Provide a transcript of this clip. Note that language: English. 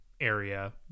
area